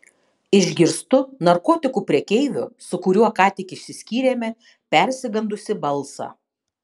išgirstu narkotikų prekeivio su kuriuo ką tik išsiskyrėme persigandusį balsą